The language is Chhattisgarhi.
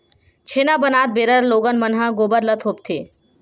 छेना बनात बेरा लोगन मन ह गोबर ल थोपथे